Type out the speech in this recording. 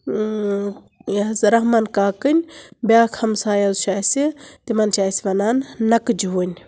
یہِ ہسا رَحمان کاکٕنۍ بِیاکھ ہمساے حظ چھُ اسہِ تِمن چھِ اسہِ وَنان نقجؤن